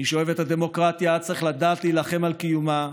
מי שאוהב את הדמוקרטיה צריך לדעת להילחם על קיומה,